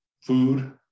food